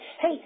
Hey